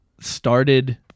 started